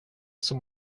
som